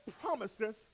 promises